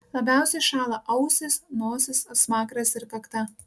labiausiai šąla ausys nosis smakras ir kakta